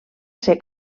ser